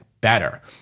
better